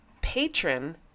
patron